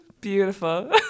beautiful